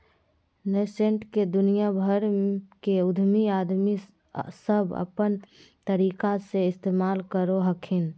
nascent के दुनिया भर के उद्यमी आदमी सब अपन तरीका से इस्तेमाल करो हखिन